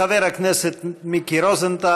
חבר הכנסת מיקי רוזנטל.